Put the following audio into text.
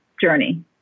journey